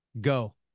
Go